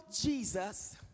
Jesus